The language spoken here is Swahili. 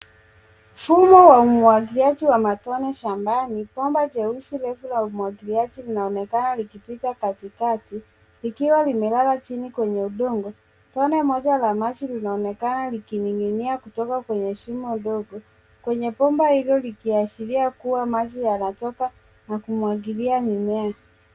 Mfumo wa umwagiliaji wa matone shambani, bomba jeusi refu la umwagiliaji linaonekana likipita katikati likiwa limelala chini kwenye udongo. Tone moja la maji linaonekana likining'inia kutoka kwenye shimo ndogo kwenye bomba hilo likiashiria kuwa maji yanatoka na kumwagilia mimea.